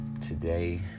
Today